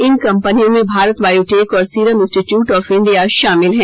इन कंपनियों में भारत बायोटेक और सीरम इंस्टीट्यूट ऑफ इंडिया शामिल हैं